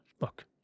Look